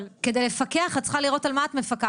כדי לפקח את צריכה לראות על מה את מפקחת.